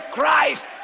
Christ